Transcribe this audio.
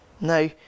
No